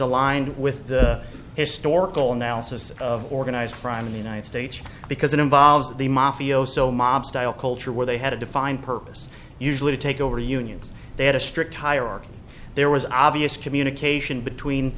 aligned with the historical analysis of organized crime in the united states because it involves the mafioso mob style culture where they had a defined purpose usually to take over unions they had a strict hierarchy there was obvious communication between